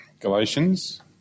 Galatians